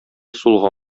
сулга